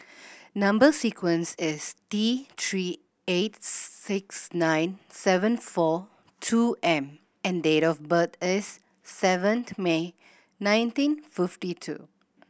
number sequence is T Three eight six nine seven four two M and date of birth is seventh May nineteen fifty two